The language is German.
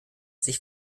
sich